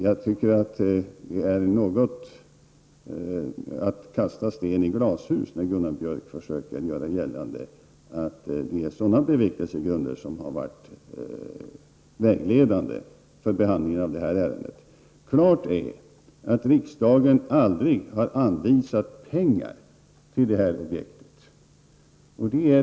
Jag tycker att det i någon mån är att kasta sten i glashus när man försöker göra gällande, som Gunnar Björk här gör, att det är sådana här bevekelsegrunder som har varit vägledande för behandlingen av detta ärende. Klart är att riksdagen aldrig har anvisat pengar till det här objeketet.